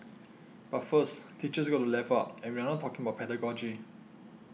but first teachers got to level up and we are not talking about pedagogy